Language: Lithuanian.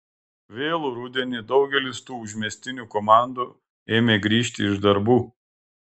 vėlų rudenį daugelis tų užmiestinių komandų ėmė grįžti iš darbų